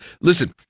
listen